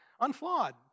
Unflawed